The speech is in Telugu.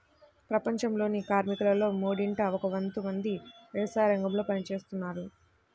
ప్రపంచంలోని కార్మికులలో మూడింట ఒక వంతు మంది వ్యవసాయరంగంలో పని చేస్తున్నారు